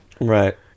right